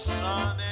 sun